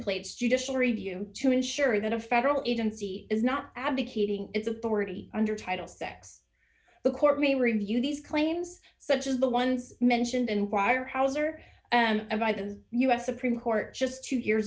plates judicial review to ensure that a federal agency is not advocating its authority under title sex the court may review these claims such as the ones mentioned in prior houser by the u s supreme court just two years